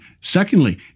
secondly